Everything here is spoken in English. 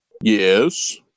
Yes